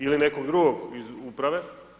Ili nekog drugog iz uprave.